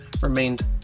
remained